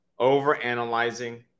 overanalyzing